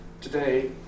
today